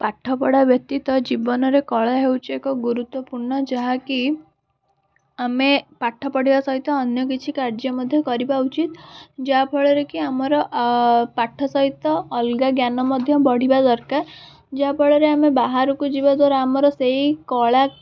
ପାଠପଢ଼ା ବ୍ୟତୀତ ଜୀବନରେ କଳା ହେଉଛି ଏକ ଗୁରୁତ୍ୱପୂର୍ଣ୍ଣ ଯାହାକି ଆମେ ପାଠ ପଢ଼ିବା ସହିତ ଅନ୍ୟ କିଛି କାର୍ଯ୍ୟ ମଧ୍ୟ କରିବା ଉଚିତ ଯାହାଫଳରେ କି ଆମର ପାଠ ସହିତ ଅଲଗା ଜ୍ଞାନ ମଧ୍ୟ ବଢ଼ିବା ଦରକାର ଯାହାଫଳରେ ଆମେ ବାହାରକୁ ଯିବା ଦ୍ୱାରା ଆମର ସେଇ କଳା